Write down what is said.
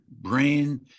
brain